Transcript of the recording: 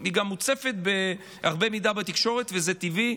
היא גם מוצפת בהרבה מידע בתקשורת, וזה טבעי,